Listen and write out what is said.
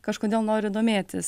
kažkodėl nori domėtis